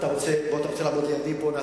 אתה רוצה לעמוד לידי פה?